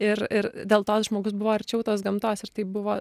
ir ir dėl to žmogus buvo arčiau tos gamtos ir tai buvo